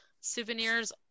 souvenirs